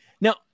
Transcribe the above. Now